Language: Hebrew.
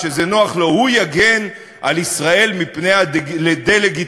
כשזה נוח לו הוא יגן על ישראל מפני הדה-לגיטימציה,